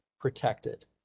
protected